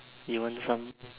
you want some